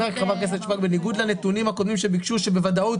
בניגוד לנתונים הקודמים שביקשו שבוודאות